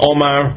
Omar